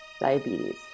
diabetes